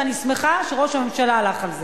ואני שמחה שראש הממשלה הלך על זה.